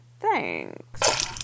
thanks